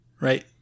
right